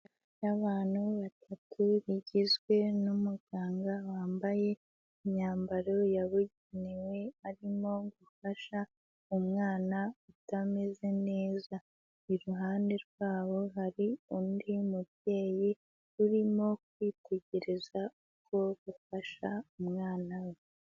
Itsinda ry'abantu batatu rigizwe n'umuganga wambaye imyambaro yabugenewe arimo gufasha umwana utameze neza. Iruhande rwabo hari undi mubyeyi urimo kwitegereza uko bafasha umwana we.